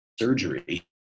surgery